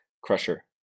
Crusher